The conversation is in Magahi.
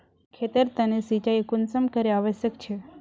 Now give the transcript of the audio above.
खेतेर तने सिंचाई कुंसम करे आवश्यक छै?